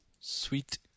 Sweet